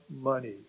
money